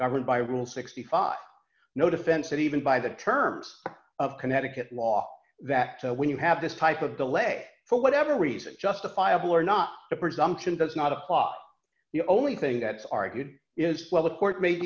governed by rules sixty five no defense and even by the terms of connecticut law that when you have this type of delay for whatever reason justifiable or not the presumption does not apply the only thing that's argued is well the court made